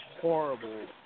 Horrible